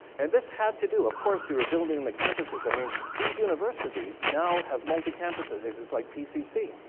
and this had to do of course, we were building the campuses. i mean these universities now have multi-campuses. it's like pcc.